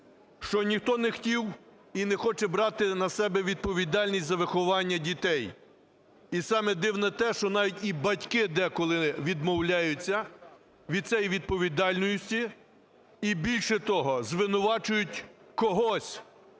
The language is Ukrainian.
що ніхто не хотів і не хоче брати на себе відповідальність за виховання дітей. І саме дивне те, що навіть і батьки деколи відмовляються від цієї відповідальності, і більше того, звинувачують когось: